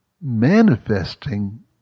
manifesting